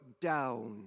down